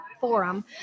forum